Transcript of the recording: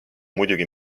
muidugi